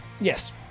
Yes